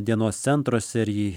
dienos centruose ir ji